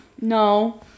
No